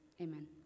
Amen